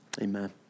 Amen